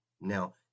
now